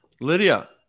Lydia